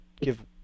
give